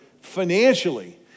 financially